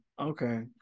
Okay